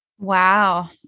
Wow